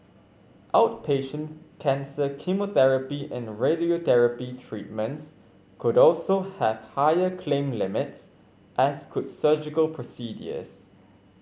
outpatient cancer chemotherapy and radiotherapy treatments could also have higher claim limits as could surgical